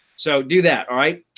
so do that. all right.